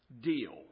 deal